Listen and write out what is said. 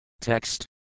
Text